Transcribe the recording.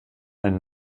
eine